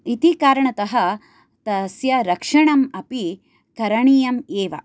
इति कारणतः तस्य रक्षणम् अपि करणीयम् एव